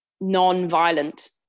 non-violent